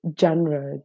genre